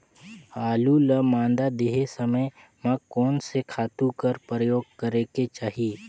आलू ल मादा देहे समय म कोन से खातु कर प्रयोग करेके चाही?